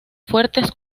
fuertes